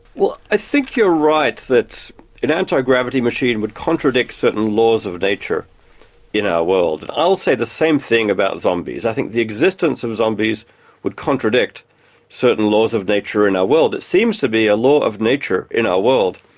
i think you're right that an anti-gravity machine would contradict certain laws of nature in our world. and i'll say the same thing about zombies. i think the existence of zombies would contradict certain laws of nature in our world. it seems to be a law of nature, in our world,